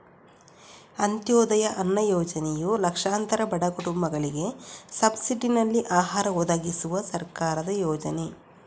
ಅಂತ್ಯೋದಯ ಅನ್ನ ಯೋಜನೆಯು ಲಕ್ಷಾಂತರ ಬಡ ಕುಟುಂಬಗಳಿಗೆ ಸಬ್ಸಿಡಿನಲ್ಲಿ ಆಹಾರ ಒದಗಿಸುವ ಸರ್ಕಾರದ ಯೋಜನೆ